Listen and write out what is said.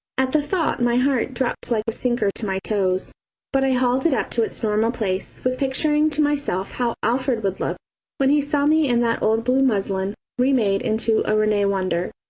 at the thought my heart dropped like a sinker to my toes but i hauled it up to its normal place with picturing to myself how alfred would look when he saw me in that old blue muslin remade into a rene wonder.